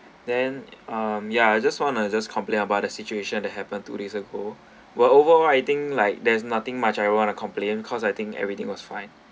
then um yeah I just want the just complain about the situation that happenned two days ago well overall I think like there's nothing much I want to complain cause I think everything was fine